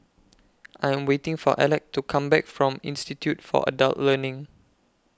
I Am waiting For Alec to Come Back from Institute For Adult Learning